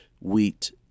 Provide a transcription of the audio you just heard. wheat